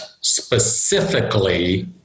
specifically